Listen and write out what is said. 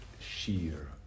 sheer